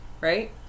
right